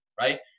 right